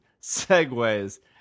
Segways